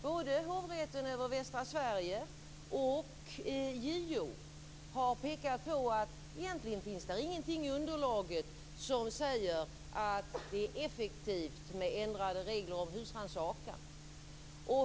Både Hovrätten för Västra Sverige och JO har pekat på att det egentligen inte finns någonting i underlaget som säger att det är effektivt med ändrade regler om husrannsakan.